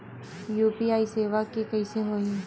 UPI सेवा के कइसे होही?